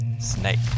Snake